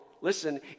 listen